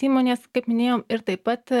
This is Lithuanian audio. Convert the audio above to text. įmonės kaip minėjom ir taip pat